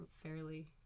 fairly